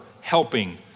helping